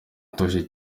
utuje